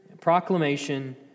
proclamation